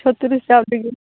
ᱪᱷᱚᱛᱨᱤᱥ ᱪᱟᱣᱞᱮ ᱜᱮ